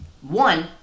one